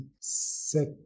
set